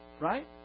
right